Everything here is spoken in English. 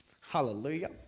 hallelujah